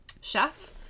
chef